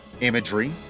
imagery